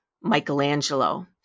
Michelangelo